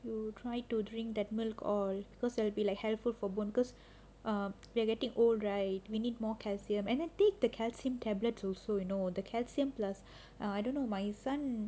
you try to drink that milk or because you will be like helpful for bonkers we are getting old right we need more calcium and take the cards him tablets also you know the calcium plus ah I don't know my son